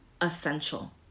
essential